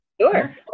sure